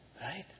Right